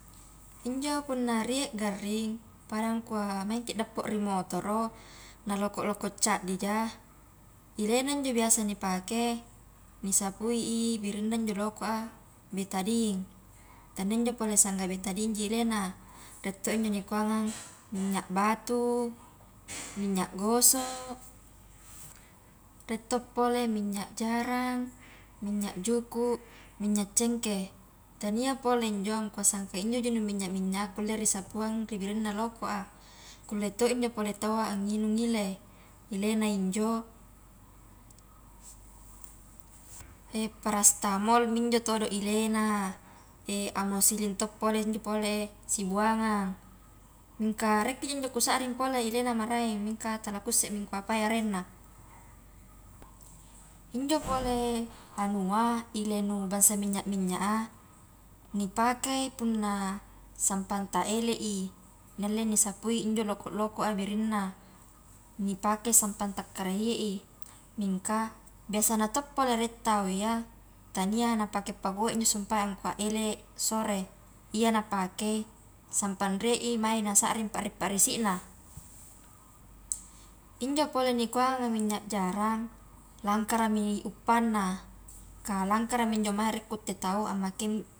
Injo punna rie garring pada ngkua maingki dappo ri motoro na loko-loko caddija, ilena njo biasa nipake nisapui i birinna injo loko a betadin, kan injo pole sangga betadinji ilena, rie to injo nikuangang minyak batu, minyak gosok, rie to pole minyak jarang, minyak juku, minyak cengkeh, tania pole njo ngkua sangka injoji nu minya-minya nu kulle risapuang ri birinna loko a, kulle to injo pole tawwa anginung ile, ilena injo e paracetamolmi injo todo ilena, amosilin to pole njo pole sibuangang, mingka riekkija injo kusaring pole ilena maraeng, mingka tala kussemi ngkua apai arenna, injo pole anua ile nu bansa minya-minya a nipakei punna sampang ta elei nialle nisapui injo loko-lokoa birinna, nipake sampang ta karahie i, mingka biasana to pole rie tau iya tania napake pakua injo sumpae a ngkua ele sore, ia napakei sampang rie mai nasaring parri-parrisina, injo pole nikuanga minyak jarang, langakrami uppanna kah langkarami injo mae rie kutte tau ammakei.